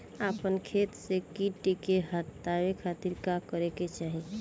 अपना खेत से कीट के हतावे खातिर का करे के चाही?